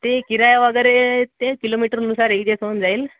ते किराया वगैरे ते किलोमीटरनुसार एकजस होऊन जाईल